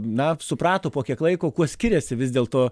na suprato po kiek laiko kuo skiriasi vis dėlto